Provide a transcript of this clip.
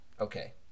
okay